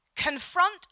Confront